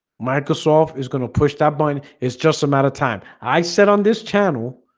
microsoft is gonna push that button. it's just a matter of time. i said on this channel